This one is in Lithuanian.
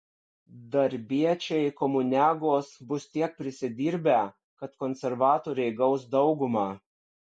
darbiečiai komuniagos bus tiek prisidirbę kad konservatoriai gaus daugumą